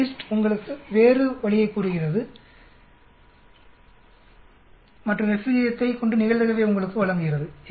FDIST உங்களுக்கு வேறு வழியைக் கூறுகிறது மற்றும் F விகிதத்தைக் கொண்டு நிகழ்தகவை உங்களுக்கு வழங்குகிறது